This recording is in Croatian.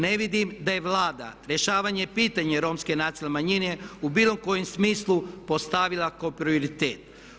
Ne vidim da je Vlada rješavanje pitanja Romske nacionalne manjine u bilo kojem smislu postavila kao prioritet.